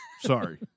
sorry